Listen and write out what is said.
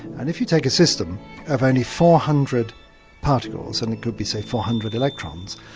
and if you take a system of only four hundred particles, and it could be, say, four hundred electrons,